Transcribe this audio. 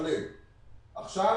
הרשמה,